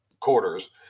quarters